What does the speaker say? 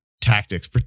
tactics